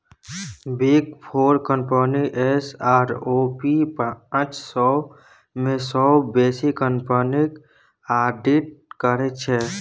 big four company S आओर P पाँच सय मे सँ बेसी कंपनीक आडिट करै छै